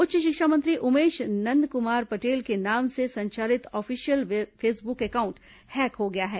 उच्च शिक्षा मंत्री उमेश नंदक्मार पटेल के नाम से संचालित ऑफिशियल फेसबुक अकाउंट हैक हो गया है